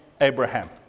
Abraham